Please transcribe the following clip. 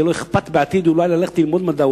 שיהיה לו אכפת בעתיד אולי ללכת ללמוד מדע,